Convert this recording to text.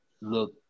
look